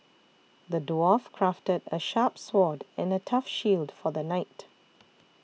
the dwarf crafted a sharp sword and a tough shield for the knight